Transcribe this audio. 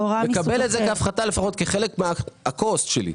לקבל את זה כהפחתה, לפחות כחלק מה-קוסט שלי.